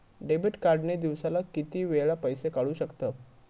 Debit card ने दिवसाला किती वेळा पैसे काढू शकतव?